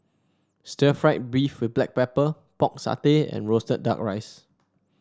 Stir Fried Beef with Black Pepper Pork Satay and roasted duck rice